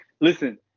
listen